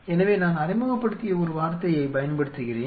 எனவே நான் அறிமுகப்படுத்திய ஒரு வார்த்தையைப் பயன்படுத்துகிறேன்